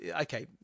okay